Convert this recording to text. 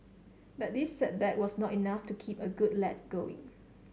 but this setback was not enough to keep a good lad going